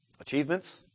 Achievements